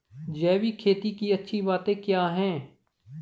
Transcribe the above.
जैविक खेती की अच्छी बातें क्या हैं?